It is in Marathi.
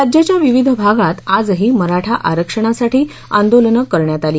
राज्याच्या विविध भागात आजही मराठा आरक्षणासाठी आंदोलनं करण्यात आली